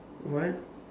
what